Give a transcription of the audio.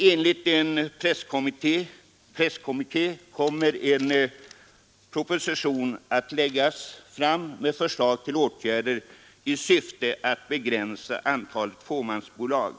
Enligt en presskommuniké kommer en proposition att läggas fram inom de närmaste dagarna med förslag till åtgärder i syfte att begränsa antalet fåmansbolag.